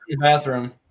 bathroom